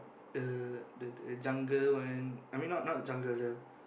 uh the the jungle one I mean not jungle